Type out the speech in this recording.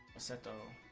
a shadow,